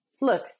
Look